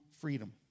freedom